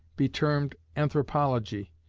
be termed anthropology,